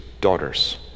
daughters